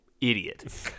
idiot